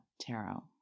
tarot